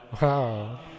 Wow